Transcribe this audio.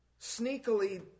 sneakily